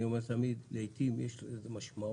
אני אומר תמיד, לעתים יש משמעות,